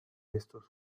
estos